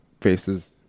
faces